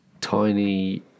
tiny